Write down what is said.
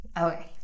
Okay